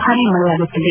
ಭಾರೀ ಮಳೆಯಾಗುತ್ತಿದೆ